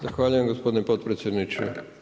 Zahvaljujem gospodine potpredsjedniče.